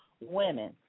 women